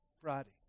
Friday